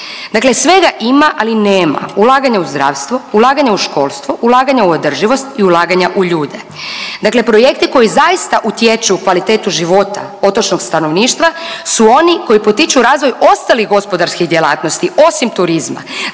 Dakle, svega ima ali nema. Ulaganja u zdravstvo, ulaganja u školstvo, ulaganja u održivost i ulaganja u ljude. Dakle, projekti koji zaista utječu u kvalitetu života otočnog stanovništva su oni koji potiču razvoj ostalih gospodarskih djelatnosti osim turizma.